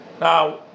Now